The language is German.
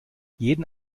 jeden